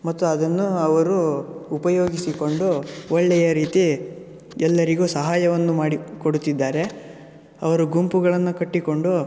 ಮತ್ತು ಅದನ್ನು ಅವರು ಉಪಯೋಗಿಸಿಕೊಂಡು ಒಳ್ಳೆಯ ರೀತಿ ಎಲ್ಲರಿಗೂ ಸಹಾಯವನ್ನು ಮಾಡಿಕೊಡುತ್ತಿದ್ದಾರೆ ಅವರು ಗುಂಪುಗಳನ್ನು ಕಟ್ಟಿಕೊಂಡು